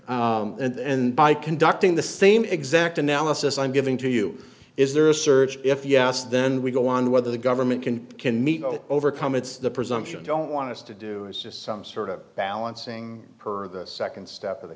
search and by conducting the same exact analysis i'm giving to you is there a surge if yes then we go on whether the government can can meet overcome it's the presumption don't want us to do is just some sort of balancing per the second step of the